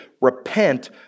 repent